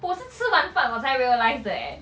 我是吃完饭我才 realise 的 eh